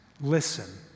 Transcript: listen